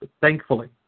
Thankfully